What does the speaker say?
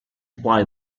apply